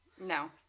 No